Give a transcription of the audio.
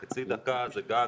חצי דקה זה גג,